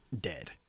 dead